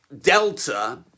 Delta